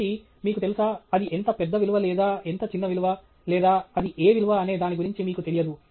కాబట్టి మీకు తెలుసా అది ఎంత పెద్ద విలువ లేదా ఎంత చిన్న విలువ లేదా అది ఏ విలువ అనే దాని గురించి మీకు తెలియదు